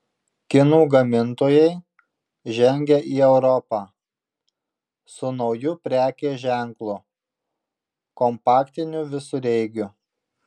kinų gamintojai žengia į europą su nauju prekės ženklu kompaktiniu visureigiu